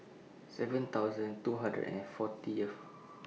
seven thousand two hundred and fortyth